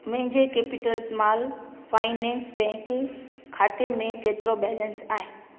मुंहिंजे capital small finance bank खाते में केतिरो बैलेंस आहे